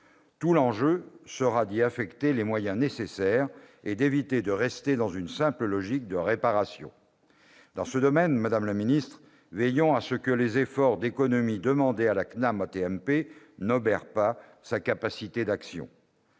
Tout l'enjeu sera d'y affecter les moyens nécessaires et d'éviter de rester dans une simple logique de réparation. Dans ce domaine, madame la ministre, veillons à ce que les efforts d'économies demandés à la branche AT-MP de la CNAMTS n'obèrent pas sa capacité d'action.